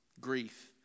Grief